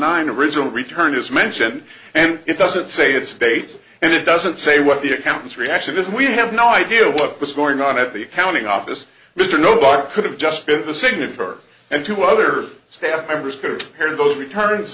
nine original return is mention and it doesn't say the state and it doesn't say what the accountants reaction is we have no idea what was going on at the accounting office mr nobody could have just been the singer and two other staff members could have heard those returns